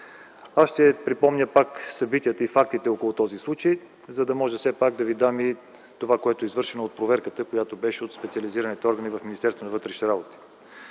Аз ще припомня пак събитията и фактите около този случай, за да може пак да ви дам и това, което е извършено от проверката от специализираните органи в